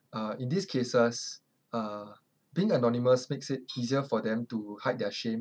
uh in these cases uh being anonymous makes it easier for them to hide their shame